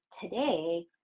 today